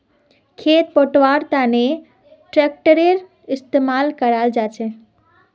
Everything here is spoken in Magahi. खेत पैटव्वार तनों ट्रेक्टरेर इस्तेमाल कराल जाछेक